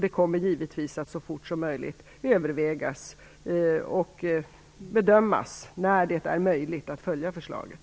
Det kommer givetvis att bedömas så fort som möjligt, när det finns förutsättningar att följa förslaget.